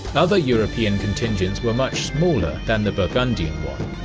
other european contingents were much smaller than the burgundian one.